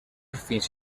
fins